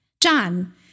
John